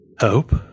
hope